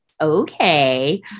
Okay